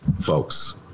Folks